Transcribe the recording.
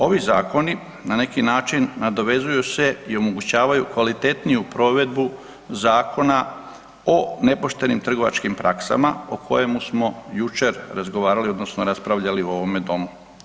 Ovi zakoni na neki način nadovezuju se i omogućavaju kvalitetniju provedbu Zakona o nepoštenim trgovačkim praksama o kojemu smo jučer razgovarali odnosno raspravljali u ovome domu.